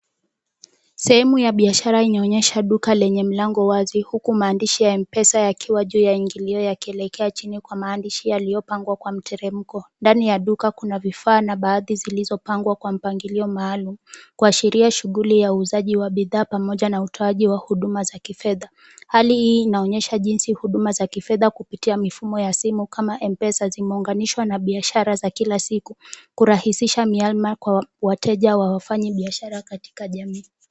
Sehemu ya biashara inaonyesha duka lenye mlango wazi huku maandishi ya M-Pesa yakiwa juu ya ingilio yakielekea chini kwa maandishi yaliyopangwa kwa mteremko. Ndani ya duka kuna vifaa na baadhi zilizopangwa kwa mpangilio maalum kuashiria shughuli ya uuzaji wa bidhaa pamoja na utoaji wa huduma za kifedha. Hali hii inaonyesha jinsi huduma za kifedha kupitia mifumo ya simu kama M-Pesa zimeunganishwa na biashara za kila siku kurahisisha miamala kwa wateja wa wafanyibiashara katika jamii.